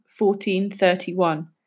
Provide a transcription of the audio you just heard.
1431